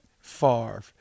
Favre